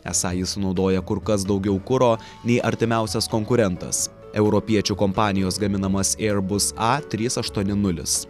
esą jis sunaudoja kur kas daugiau kuro nei artimiausias konkurentas europiečių kompanijos gaminamas ėr bus a trys aštuoni nulis